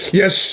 yes